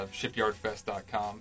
shipyardfest.com